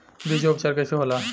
बीजो उपचार कईसे होला?